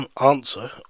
answer